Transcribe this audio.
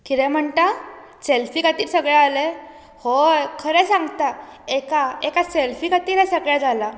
कितें म्हणटा सॅल्फी खातीर सगळें जालें हय खरें सांगता एका एका सॅल्फी खातीर हें सगळें जालां